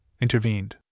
intervened